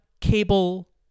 Cable